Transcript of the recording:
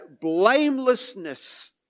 blamelessness